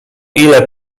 ile